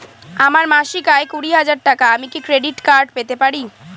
আমার মাসিক আয় কুড়ি হাজার টাকা আমি কি ক্রেডিট কার্ড পেতে পারি?